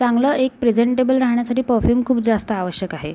चांगलं एक प्रेझेन्टेबल राहण्यासाठी परफ्यूम खूप जास्त आवश्यक आहे